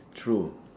true